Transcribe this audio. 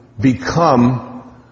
become